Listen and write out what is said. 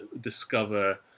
discover